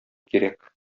кирәк